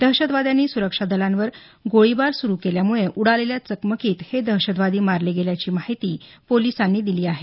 दहशतवाद्यांनी सुरक्षादलांवर गोळीबार सुरू केल्यामुळे उडालेल्या चकमकीत हे दहशतवादी मारले गेल्याची माहिती पोलिसांनी दिली आहे